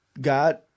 God